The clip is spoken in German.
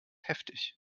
heftig